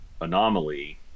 anomaly